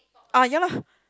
ah ya lah